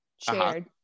shared